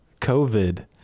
covid